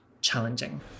challenging